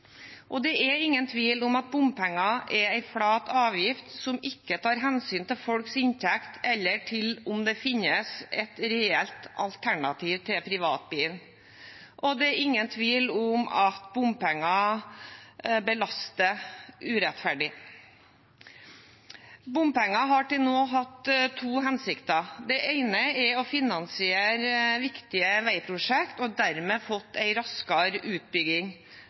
Det er ingen tvil om at bompenger er en flat avgift som ikke tar hensyn til folks inntekt eller til om det finnes et reelt alternativ til privatbilen, og det er ingen tvil om at bompenger belaster urettferdig. Bompenger har til nå hatt to hensikter. Den ene er å finansiere viktige veiprosjekt og dermed få en raskere utbygging.